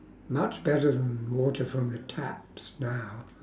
much better than the water from the taps now